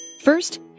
First